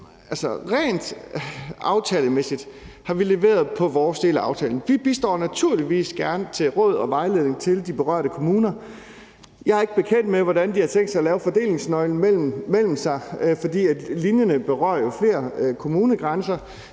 rent aftalemæssigt har vi leveret på vores del af aftalen. Vi bistår naturligvis gerne med råd og vejledning til de berørte kommuner. Jeg er ikke bekendt med, hvordan de har tænkt sig at fastsætte en fordelingsnøgle, for linjerne berører jo flere kommunegrænser.